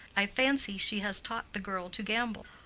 i fancy she has taught the girl to gamble.